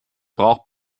braucht